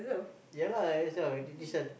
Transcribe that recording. yeah lah that's why this one